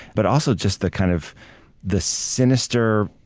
but also just the kind of the sinister,